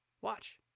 Watch